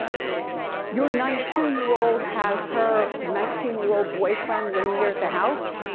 your nineteen year old has her nineteen year old boyfriend living there at the house?